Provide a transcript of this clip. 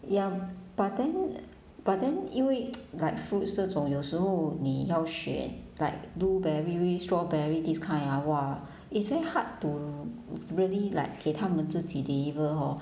ya but then but then 因为 like fruits 这种有时候你要学 like blueberry strawberry this kind ah !wah! it's very hard to really like 给他们自己 deliver hor